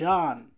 John